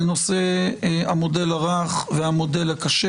אנחנו הודענו בסוף הישיבה שנמשיך אחרי המליאה והם ידעו על כך.